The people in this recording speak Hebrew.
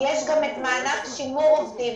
יש גם את מענק שימור עובדים,